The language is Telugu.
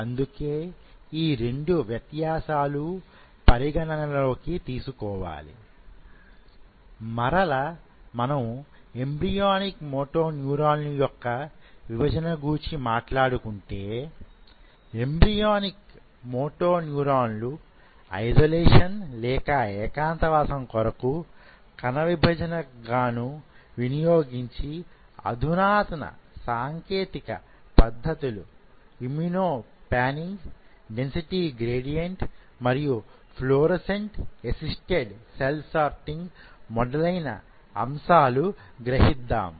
అందుకే ఈ 2 వ్యత్యాసాలు పరిగణన లోనికి తీసుకోవాలి మరల మనము ఎంబ్రియోనిక్ మోటో న్యూరాన్లు యొక్క విభజన గూర్చి మాట్లాడుకుంటే ఎంబ్రియోనిక్ మోటో న్యూరాన్లు ఐసొలేషన్ లేక ఏకాంతవాసం కొరకు కణ విభజన గాను వినియోగించిన అధునాతన సాంకేతిక పద్ధతులు ఇమ్మ్యునో పాన్నింగ్ డెన్సిటీ గ్రేడియంట్ మరియు ఫ్లోరోసెంట్ అసిస్తడ్ సెల్ సార్టింగ్ మొదలైన అంశాలు గ్రహించాం